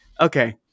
Okay